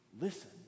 Listen